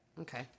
okay